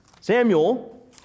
Samuel